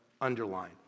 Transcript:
underline